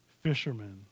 fishermen